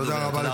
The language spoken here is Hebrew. תודה רבה.